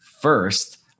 First